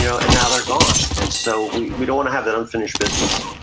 you know and they're gone. and so we we don't want to have that unfinished business